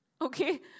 okay